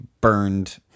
burned